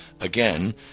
Again